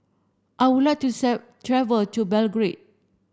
I would like to travel to Belgrade